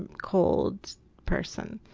and cold person.